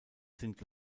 sind